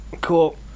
cool